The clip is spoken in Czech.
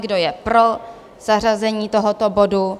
Kdo je pro zařazení tohoto bodu?